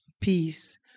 peace